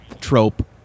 trope